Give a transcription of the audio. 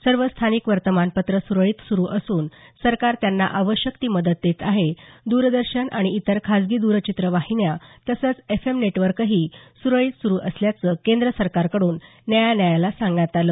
सर्व स्थानिक वर्तमानपत्रं सुरळीत सुरू असून सरकार त्यांना आवश्यक ती मदत देत आहे द्रदर्शन आणि इतर खासगी द्रचित्रवाणी वाहिन्या तसंच एफ एम नेटवर्कही सुरळीत सुरू असल्याचं केंद्र सरकारकड्रन न्यायालयाला सांगण्यात आलं